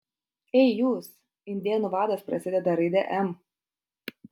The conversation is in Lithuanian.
ei jūs indėnų vadas prasideda raide m